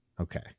Okay